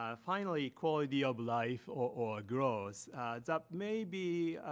ah finally, quality of life or growth that may be